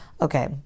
Okay